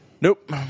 Nope